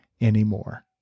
anymore